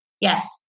Yes